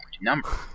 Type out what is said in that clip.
number